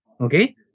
okay